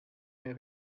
mehr